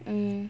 mm